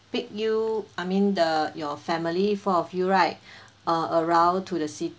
pick you I mean the your family four of you right uh around to the city